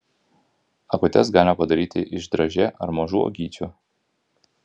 akutes galima padaryti iš dražė ar mažų uogyčių